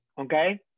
Okay